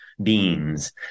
beans